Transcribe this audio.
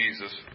Jesus